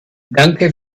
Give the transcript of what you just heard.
danke